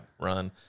run